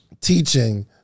Teaching